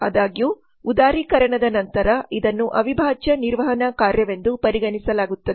ಆದಾಗ್ಯೂ ಉದಾರೀಕರಣದ ನಂತರ ಇದನ್ನು ಅವಿಭಾಜ್ಯ ನಿರ್ವಹಣಾ ಕಾರ್ಯವೆಂದು ಪರಿಗಣಿಸಲಾಗುತ್ತದೆ